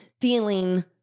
feeling